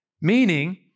meaning